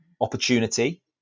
opportunity